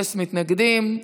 אין מתנגדים.